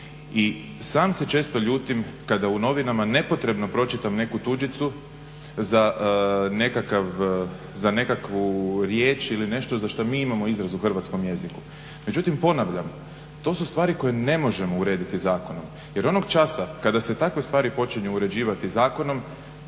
I sam se često ljutim kada u novinama nepotrebno pročitam neku tuđicu za nekakvu riječ ili nešto za što mi imamo izraz u hrvatskom jeziku. Međutim ponavljam to su stvari koje ne možemo urediti zakonom jer onog časa kada se takve stvari počinju uređivati zakonom